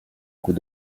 coup